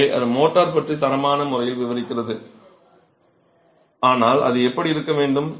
எனவே அது மோர்ட்டார் பற்றி தரமான முறையில் விவரிக்கிறது ஆனால் அது எப்படி இருக்க வேண்டும்